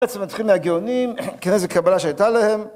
בעצם נתחיל מהגאונים, כנראה איזו קבלה שהייתה להם.